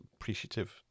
appreciative